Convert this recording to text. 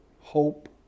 hope